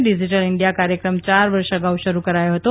digital India કાર્યક્રમ ચાર વર્ષ અગાઉ શરૂ કરાયો હતો